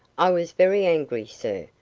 i was very angry, sir,